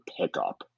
pickup